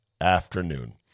afternoon